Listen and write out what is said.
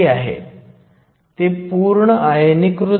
तर Ec आणि Ev एकाच ठिकाणी स्थित आहेत EFi देखील मध्यभागी स्थित असेल